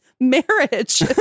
marriage